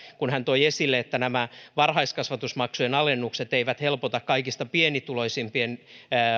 kun hän toi esille että nämä varhaiskasvatusmaksujen alennukset eivät helpota kaikista pienituloisimpien